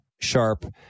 sharp